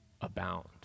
abound